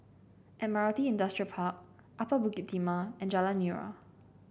Admiralty Industrial Park Upper Bukit Timah and Jalan Nira